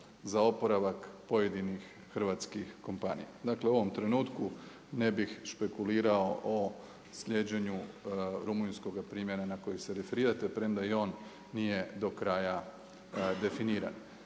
za oporavak pojedinih hrvatskih kompanija. Dakle, u ovom trenutku ne bih špekuliranju o slijeđenju rumunjskoga primjera na koji se referirate, premda ni on nije do kraja definirao.